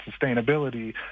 sustainability